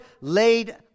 laid